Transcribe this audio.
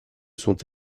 sont